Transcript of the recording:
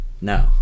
No